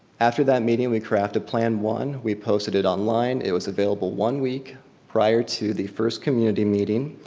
after that meeting, we craft a plan one. we posted it online. it was available one week prior to the first community meeting.